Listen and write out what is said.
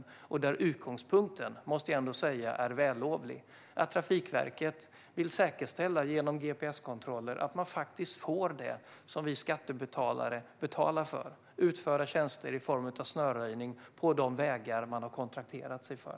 Jag måste ändå säga att utgångspunkten är vällovlig, nämligen att Trafikverket genom gps-kontroller vill säkerställa att man faktiskt får det som vi skattebetalare betalar för, det vill säga utförda tjänster i form av snöröjning på de vägar som man har kontrakterat sig för.